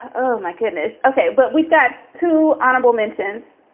oh, my goodness. ok. but we've got two honorable mentions.